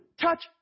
Touch